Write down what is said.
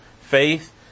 faith